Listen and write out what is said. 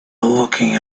looking